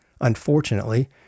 Unfortunately